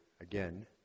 again